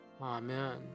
Amen